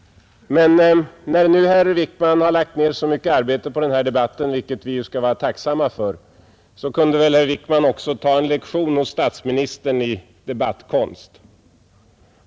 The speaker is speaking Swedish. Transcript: Men om nu herr Wickman har lagt ner så mycket arbete på den här debatten, vilket vi ju skall vara tacksamma för, skulle väl herr Wickman också ha kunnat ta en lektion hos statsministern i debattkonst.